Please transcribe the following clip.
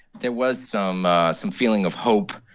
there was some some feeling of hope.